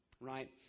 right